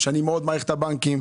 שאני מאוד מעריך את הבנקים.